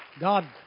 God